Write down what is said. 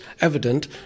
evident